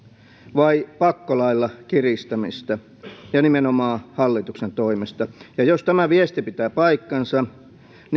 vai pakkolailla kiristämistä ja nimenomaan hallituksen toimesta ja jos tämä viesti pitää paikkansa